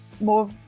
more